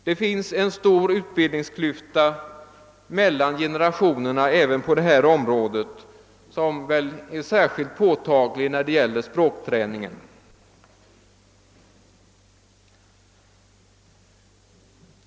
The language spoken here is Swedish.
Det finns en stor utbildningsklyfta mellan generationerna även på detta område som väl är särskilt påtaglig beträffande språkträningen.